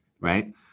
right